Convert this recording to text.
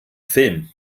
film